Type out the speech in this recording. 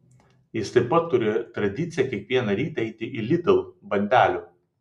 jis taip pat turi tradiciją kiekvieną rytą eiti į lidl bandelių